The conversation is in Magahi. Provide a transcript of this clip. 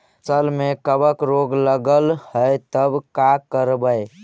फसल में कबक रोग लगल है तब का करबै